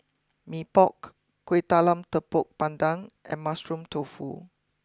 Mee Pok Kuih Talam Tepong Pandan and Mushroom Tofu